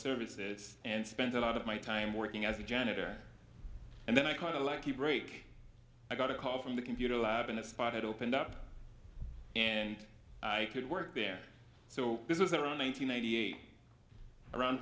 services and spent a lot of my time working as a janitor and then i kind of lucky break i got a call from the computer lab in a spot it opened up and i could work there so this was around one thousand nine hundred eighty around